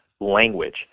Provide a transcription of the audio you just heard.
language